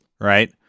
right